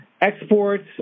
Exports